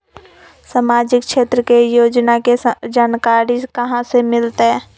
सामाजिक क्षेत्र के योजना के जानकारी कहाँ से मिलतै?